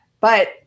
but-